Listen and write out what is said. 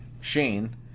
Shane